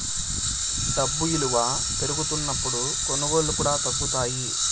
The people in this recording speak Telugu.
డబ్బు ఇలువ పెరుగుతున్నప్పుడు కొనుగోళ్ళు కూడా తగ్గుతాయి